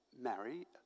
Marry